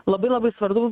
labai labai svardu